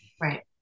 Right